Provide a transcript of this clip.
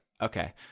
Okay